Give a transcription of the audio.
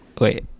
Wait